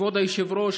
כבוד היושב-ראש,